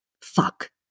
Fuck